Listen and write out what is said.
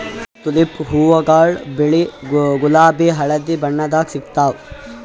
tulip ಹೂವಾಗೊಳ್ ಬಿಳಿ ಗುಲಾಬಿ ಹಳದಿ ಬಣ್ಣದಾಗ್ ಸಿಗ್ತಾವ್